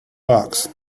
fox